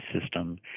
system